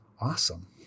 awesome